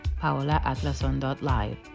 paolaatlason.live